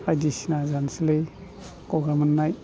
बायदिसिना जानोसैलाय गगा मोननाय